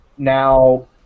Now